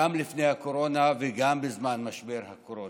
גם לפני הקורונה וגם בזמן משבר הקורונה.